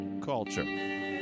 culture